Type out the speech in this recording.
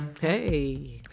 Hey